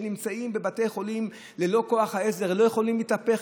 נמצאים בבתי חולים ללא כוח העזר ולא יכולים להתהפך,